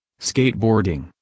Skateboarding